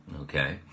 Okay